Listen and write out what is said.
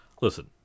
listen